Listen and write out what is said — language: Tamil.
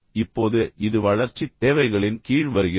இப்போது இது வளர்ச்சித் தேவைகளின் கீழ் வருகிறது